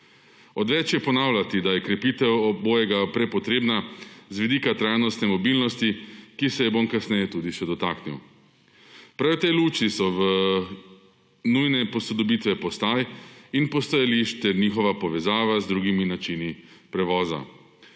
Odveč je ponavljati, da je krepitev obojega prepotrebna, z vidika trajnostne mobilnosti, ki se je bom kasneje tudi še dotaknil. Prav v tej luči so v nujne posodobitve postaj in postajališč, ter njihova povezava z drugimi načini prevoza.